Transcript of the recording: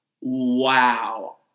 wow